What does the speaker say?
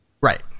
Right